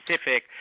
specific